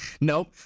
Nope